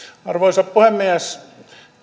arvoisa puhemies